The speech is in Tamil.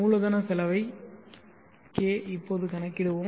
மூலதனச் செலவை K இப்போது கணக்கிடுவோம்